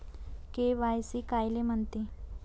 KYC कायले म्हनते?